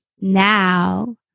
Now